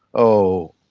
oh,